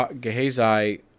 Gehazi